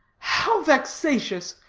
how vexatious!